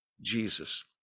Jesus